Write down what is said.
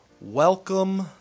Welcome